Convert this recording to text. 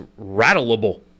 rattleable